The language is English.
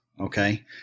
Okay